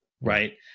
right